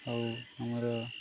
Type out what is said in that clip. ଆଉ ଆମର